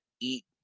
eat